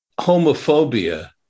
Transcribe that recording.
homophobia